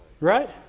Right